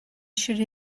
should